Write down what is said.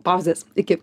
pauzės iki